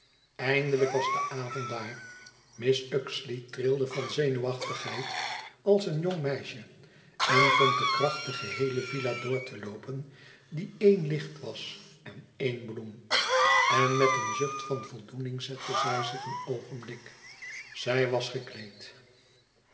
eindelijk was de avond daar mrs uxeley trilde van zenuwachtigheid als een jong meisje en vond de kracht de geheele villa door te loopen die eén licht was en eén bloem en met een zucht van voldoening zette zij zich een oogenblik zij was gekleed